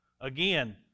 Again